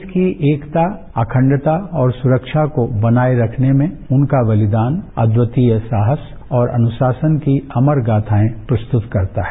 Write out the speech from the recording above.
देश की एकता अखण्डता और सुरक्षा को बनाए रखने में उनका बलिदान अद्वीतीय साहस और अुनशासन की अमरगाथाएं प्रस्तुत करता है